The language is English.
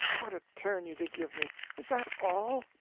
what a turn you did give me! is that all?